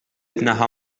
tneħħa